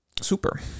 Super